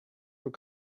were